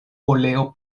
oleo